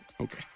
Okay